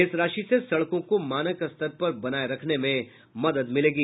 इस राशि से सड़कों को मानक स्तर पर बनाये रखने में मदद मिलेगी